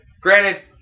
Granted